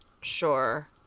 sure